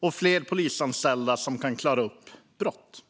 och fler polisanställda som kan klara upp brott.